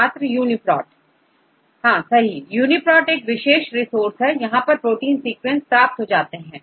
छात्रUniProt UniProt यह एक विशेष रिसोर्स हैयहां पर प्रोटीन सीक्वेंसेस प्राप्त हो जाते हैं